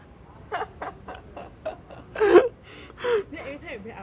then every time we play I want to like